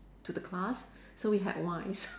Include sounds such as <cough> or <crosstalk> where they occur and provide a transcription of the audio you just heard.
to the class so we had wine <laughs>